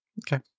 Okay